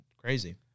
crazy